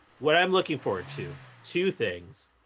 what i'm looking forward to two things